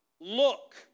Look